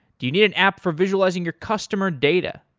do you need an app for visualizing your customer data?